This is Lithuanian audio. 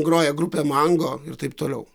groja grupė mango ir taip toliau